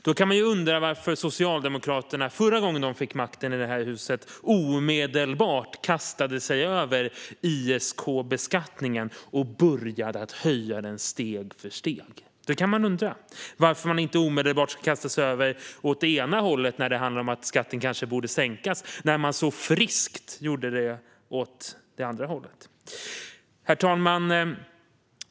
Då kan man undra varför Socialdemokraterna förra gången de fick makten i det här huset omedelbart kastade sig över ISK-beskattningen och började höja den steg för steg. Varför ska man inte omedelbart kasta sig över saker åt det ena hållet, när det handlar om att skatten kanske borde sänkas, när man så friskt gjorde det åt det andra hållet? Herr talman!